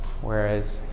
whereas